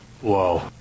Whoa